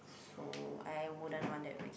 so I wouldn't want that with my